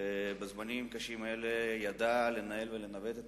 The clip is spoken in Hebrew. שבזמנים קשים אלה ידע לנהל ולנווט את